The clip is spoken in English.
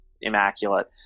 immaculate